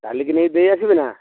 କାଲିକି ନେଇ ଦେଇ ଆସିବି ନା